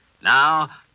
Now